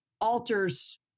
alters